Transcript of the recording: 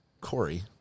Corey